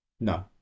no